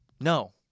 No